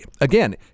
again